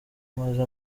amaze